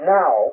now